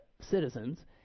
citizens